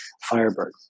Firebird